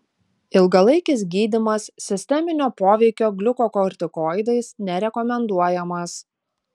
ilgalaikis gydymas sisteminio poveikio gliukokortikoidais nerekomenduojamas